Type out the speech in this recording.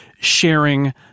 sharing